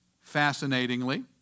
fascinatingly